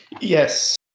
Yes